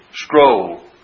scroll